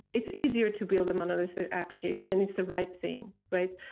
it's easier to build a monolithic application and it's the right thing, right?